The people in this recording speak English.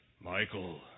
Michael